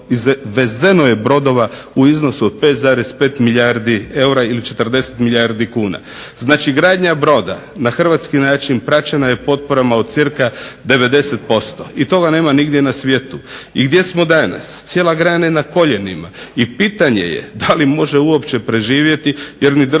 Znači gradnja broda na hrvatski način praćena je potporama od cca 90% i toga nema nigdje na svijetu. I gdje smo danas, cijela grana je na koljenima i pitanje je da li može uopće preživjeti jer ni država